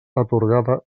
atorgada